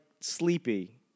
sleepy